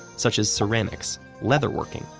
such as ceramics, leatherworking,